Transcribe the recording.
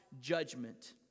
judgment